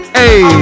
Hey